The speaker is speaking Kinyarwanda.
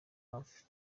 hafi